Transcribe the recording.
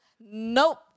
Nope